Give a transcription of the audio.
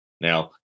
Now